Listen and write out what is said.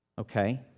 Okay